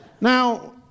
Now